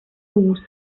růst